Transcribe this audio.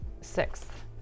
sixth